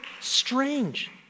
strange